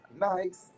nice